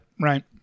right